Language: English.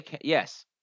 Yes